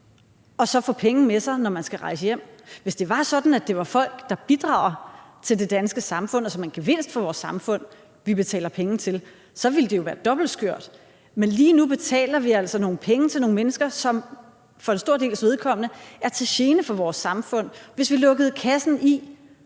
og så få penge med sig, når man skal rejse hjem. Hvis det var sådan, at det var folk, der bidrog til det danske samfund, og som var en gevinst for vores samfund, vi betalte penge til, så ville det jo være dobbelt skørt. Men lige nu betaler vi altså nogle penge til nogle mennesker, som for en stor dels vedkommende er til gene for vores samfund. Hvis vi lukkede kassen i,